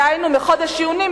דהיינו מחודש יוני,